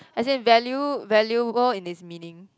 as in value valuable in it's meaning